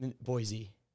Boise